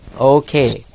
Okay